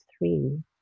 three